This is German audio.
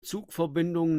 zugverbindungen